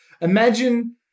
Imagine